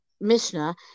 Mishnah